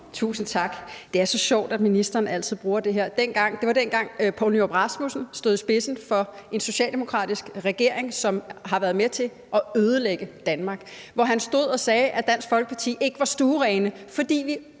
Tusind tak. Det er så sjovt, at ministeren altid bruger det her med, at det var dengang, Poul Nyrup Rasmussen stod i spidsen for en socialdemokratisk regering. Det er en regering, som har været med til at ødelægge Danmark. Han stod og sagde, at Dansk Folkeparti ikke var stuerene, fordi vi